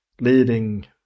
leading